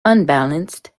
unbalanced